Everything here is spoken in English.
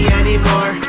anymore